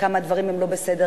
כמה הדברים הם לא בסדר,